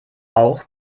auch